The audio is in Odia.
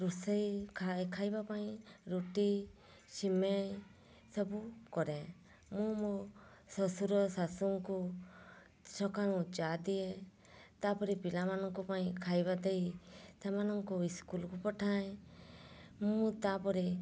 ରୋଷେଇ ଖାଇ ଖାଇବା ପାଇଁ ରୁଟି ସିମେଇଁ ସବୁ କରେ ମୁଁ ମୋ ଶ୍ଵଶୁର ଶାଶୁଙ୍କୁ ସକାଳୁ ଚା ଦିଏ ତା'ପରେ ପିଲାମାନଙ୍କ ପାଇଁ ଖାଇବା ଦେଇ ସେମାନଙ୍କୁ ଇସ୍କୁଲ୍କୁ ପଠାଏଁ ମୁଁ ତା'ପରେ